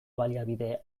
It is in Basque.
baliabide